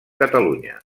catalunya